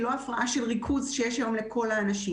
לא הפרעה של ריכוז שיש היום לכל האנשים.